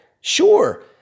Sure